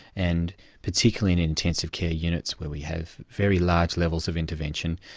and particularly in intensive care units where we have very large levels of intervention,